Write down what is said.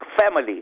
family